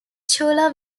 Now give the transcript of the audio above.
chula